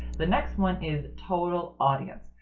the next one is total audience.